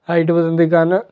height ਵੱਧਣ ਦੇ ਕਾਰਨ